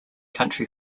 country